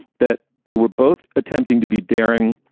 that they were both attempting to be daring